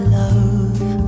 love